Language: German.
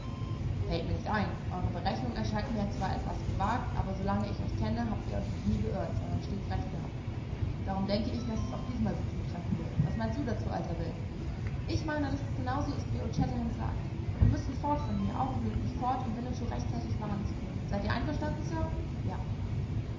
fällt mir nicht ein eure berechnung erscheint mir zwar etwas gewagt aber so lange ich euch kenne habt ihr euch noch nie geirrt sondern stets recht gehabt darum denke ich daß es diesmal auch so zutreffen wird was meinst du dazu alter will ich meine daß es genau so ist wie old shatterhand sagt wir müssen fort von hier augenblicklich fort um winnetou rechtzeitig warnen zu können seid ihr einverstanden sir ja